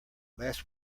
last